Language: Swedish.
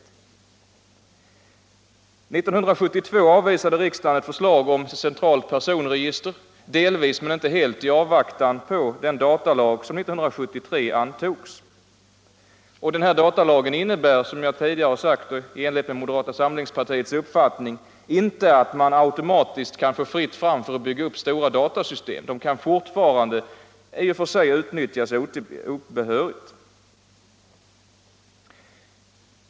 1972 avvisade riksdagen ett förslag om centralt personregister, 145 delvis, i avvaktan på den datalag som antogs år 1973. Datalagen innebär, som jag tidigare har sagt i enlighet med moderata samlingspartiets uppfattning, inte att man automatiskt kan få fritt fram för att bygga upp stora datasystem. Dessa kan fortfarande i och för sig utnyttjas obehörigt.